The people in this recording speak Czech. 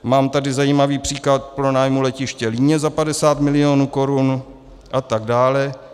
Mám tady zajímavý příklad pronájmu letiště Líně za 50 mil. korun, a tak dále.